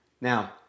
Now